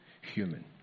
human